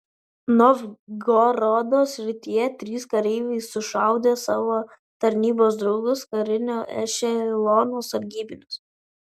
novgorodo srityje trys kareiviai sušaudė savo tarnybos draugus karinio ešelono sargybinius